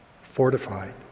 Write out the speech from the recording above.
Fortified